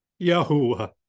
Yahuwah